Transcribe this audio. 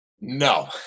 no